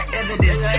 evidence